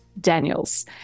Daniels